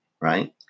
right